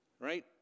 right